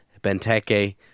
Benteke